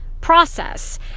process